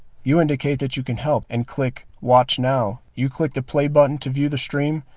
you indicate that you can help and click watch now. you click the play button to view the stream,